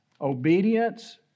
obedience